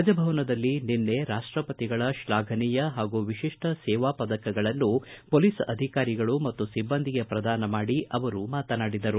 ರಾಜಭವನದಲ್ಲಿ ನಿನ್ನೆ ರಾಷ್ಟಪತಿಗಳ ಶ್ಲಾಘನೀಯ ಹಾಗೂ ವಿಶಿಷ್ಠ ಸೇವಾ ಪದಕಗಳನ್ನು ಪೊಲೀಸ್ ಅಧಿಕಾರಿಗಳು ಮತ್ತು ಸಿಬ್ಬಂದಿಗೆ ಪ್ರದಾನ ಮಾಡಿ ಅವರು ಮಾತನಾಡಿದರು